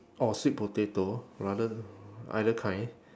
or sweet potato rather either kind